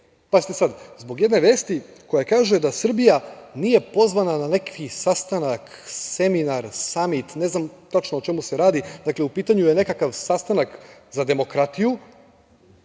Pazite sada, zbog jedne vesti koja kaže da Srbija nije pozvana na neki sastanak, seminar, samit, ne znam tačno o čemu se radi. Dakle, u pitanju je nekakav sastanak za demokratiju